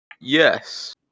Yes